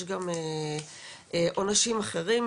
יש גם עונשים אחרים,